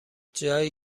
جایی